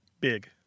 big